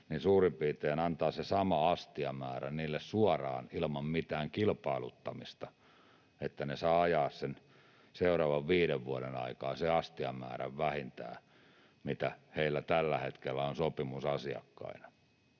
suurin piirtein sen saman astiamäärän niille suoraan ilman mitään kilpailuttamista, niin että he saavat ajaa sen seuraavan viiden vuoden aikana vähintään sen astiamäärän kuin heillä tällä hetkellä on sopimusasiakkaina.